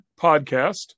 podcast